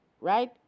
right